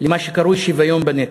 למה שקרוי שוויון בנטל.